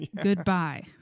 Goodbye